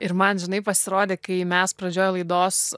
ir man žinai pasirodė kai mes pradžioj laidos